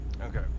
Okay